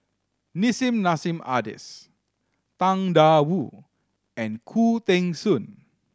Nissim Nassim Adis Tang Da Wu and Khoo Teng Soon